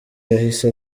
yahise